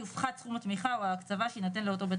יופחת סכום התמיכה או ההקצבה שיינתן לאותו בית